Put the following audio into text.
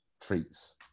treats